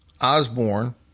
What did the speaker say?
Osborne